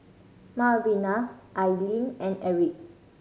Malvina Ailene and Erik